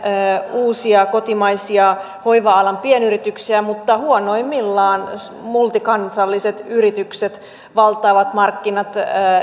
uusia kotimaisia hoiva alan pienyrityksiä mutta huonoimmillaan multikansalliset yritykset valtaavat markkinat